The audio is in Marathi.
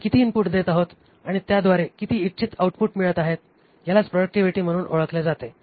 आपण किती इनपुट देत आहोत आणि त्याद्वारे किती इच्छित आउटपुट मिळत आहे यालाच प्रॉडक्टिव्हिटी म्हणून ओळखले जाते